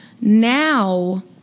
now